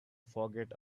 forget